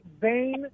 vain